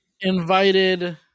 Invited –